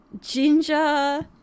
ginger